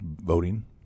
voting